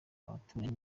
abaturage